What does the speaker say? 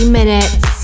minutes